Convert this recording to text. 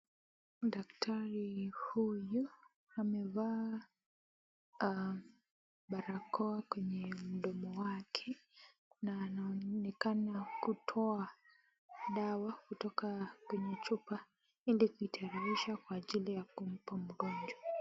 Daktari huyu amevaa barakoa kwenye mdomo wake na anaonekana kutoa dawa kutoka kwenye chupa ili kuitayarisha kwa ajili ya kumpa mgonjwa.